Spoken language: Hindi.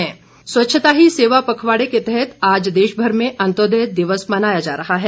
अंत्योदय दिवस स्वच्छता ही सेवा पखवाड़े के तहत आज देश भर में अन्त्योदय दिवस मनाया जा रहा है